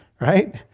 Right